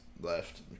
left